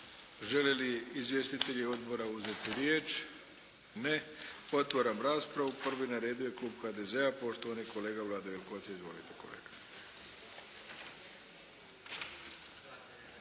Žele li izvjestitelji odbora uzeti riječ? Ne. Otvaram raspravu. Prvi na redu je klub HDZ-a, poštovani kolega Vlado Jelkovac. Izvolite kolega.